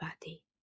body